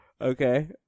Okay